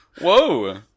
Whoa